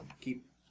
keep